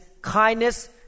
kindness